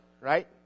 right